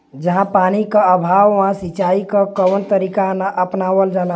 जहाँ पानी क अभाव ह वहां सिंचाई क कवन तरीका अपनावल जा?